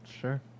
sure